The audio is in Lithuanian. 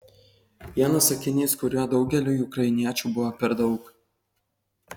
vienas sakinys kurio daugeliui ukrainiečių buvo per daug